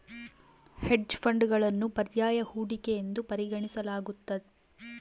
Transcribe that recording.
hedge ಫಂಡ್ಗಳನ್ನು ಪರ್ಯಾಯ ಹೂಡಿಕೆ ಎಂದು ಪರಿಗಣಿಸಲಾಗ್ತತೆ